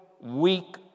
weak